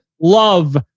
love